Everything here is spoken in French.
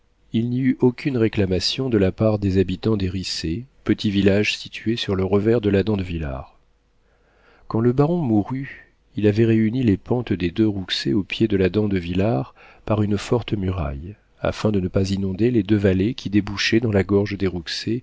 il n'y eut aucune réclamation de la part des habitants des riceys petit village situé sur le revers de la dent de vilard quand le baron mourut il avait réuni les pentes des deux rouxey au pied de la dent de vilard par une forte muraille afin de ne pas inonder les deux vallées qui débouchaient dans la gorge des